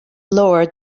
lower